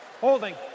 Holding